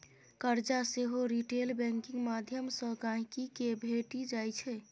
करजा सेहो retail banking माध्यमसँ गांहिकी केँ भेटि जाइ छै